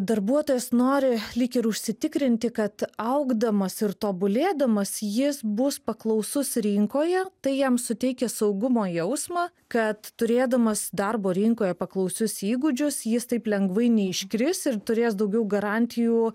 darbuotojas nori lyg ir užsitikrinti kad augdamas ir tobulėdamas jis bus paklausus rinkoje tai jam suteikia saugumo jausmą kad turėdamas darbo rinkoje paklausius įgūdžius jis taip lengvai neiškris ir turės daugiau garantijų